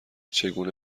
چگونه